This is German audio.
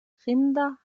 rinder